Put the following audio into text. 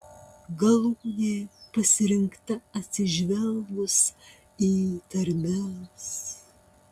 galūnė pasirinkta atsižvelgus į tarmes